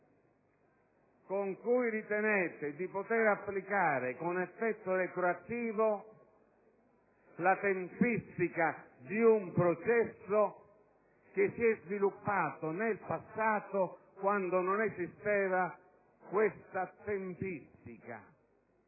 con cui ritenete di poter applicare con effetto retroattivo la tempistica di un processo sviluppatosi nel passato, quando non esisteva detta tempistica.